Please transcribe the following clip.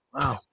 Wow